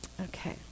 Okay